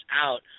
out